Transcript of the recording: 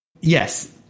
yes